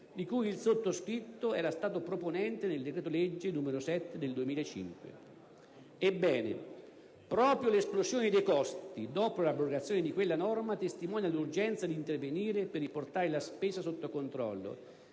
di cui il sottoscritto era stato proponente nel decreto-legge n. 7 del 2005. Ebbene, proprio l'esplosione dei costi, dopo l'abrogazione di quella norma, testimonia l'urgenza di intervenire per riportare la spesa sotto controllo